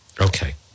okay